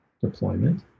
deployment